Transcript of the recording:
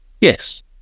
Yes